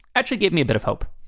actually gave me a bit of hope.